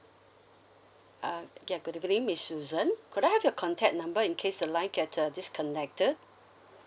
uh ya good evening miss susan could I have your contact number in case the line get uh disconnected